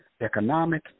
economic